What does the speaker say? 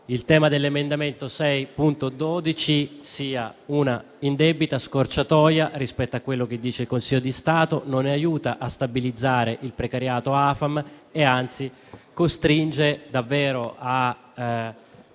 il tema dell'emendamento 6.12 sia un'indebita scorciatoia rispetto a quanto dice il Consiglio di Stato; non aiuta a stabilizzare il precariato AFAM, e anzi costringe davvero a